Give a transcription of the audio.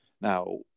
Now